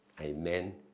amen